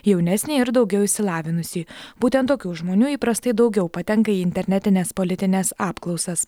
jaunesnį ir daugiau išsilavinusį būtent tokių žmonių įprastai daugiau patenka į internetines politines apklausasc